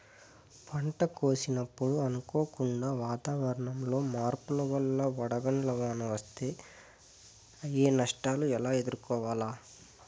పంట కోసినప్పుడు అనుకోకుండా వాతావరణంలో మార్పుల వల్ల వడగండ్ల వాన వస్తే అయ్యే నష్టాలు ఎట్లా ఎదుర్కోవాలా?